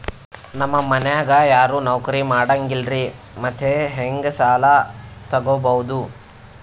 ನಮ್ ಮನ್ಯಾಗ ಯಾರೂ ನೌಕ್ರಿ ಮಾಡಂಗಿಲ್ಲ್ರಿ ಮತ್ತೆಹೆಂಗ ಸಾಲಾ ತೊಗೊಬೌದು?